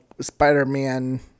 Spider-Man